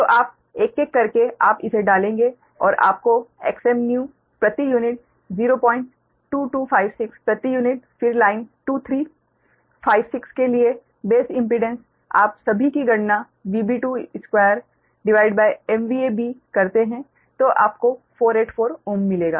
तो आप एक एक करके आप इसे डालेंगे और आपको Xmnew प्रति यूनिट 02256 प्रति यूनिट फिर लाइन 2 3 5 6 के लिए बेस इम्पीडेंस आप सभी की गणना 2 B करते है तो आपको 484 Ω मिलेगा